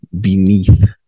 beneath